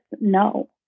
No